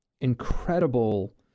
incredible